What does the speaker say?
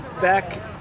back